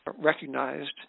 recognized